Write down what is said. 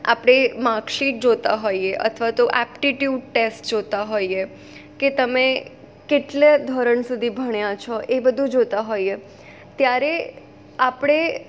આપણે માર્કશીટ જોતા હોઈએ અથવા તો એપ્ટિટ્યુડ ટેસ્ટ જોતા હોઈએ કે તમે કેટલે ધોરણ સુધી ભણ્યા છો એ બધું જોતા હોઈએ ત્યારે આપણે